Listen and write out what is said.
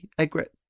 Egret